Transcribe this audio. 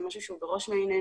זה משהו שהוא בראש מעיננו,